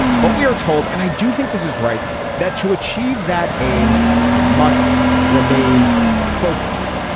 but we are told and i do think this is right that to achieve that aim we must remain focused.